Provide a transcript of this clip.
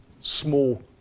small